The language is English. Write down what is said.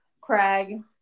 Craig